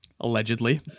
Allegedly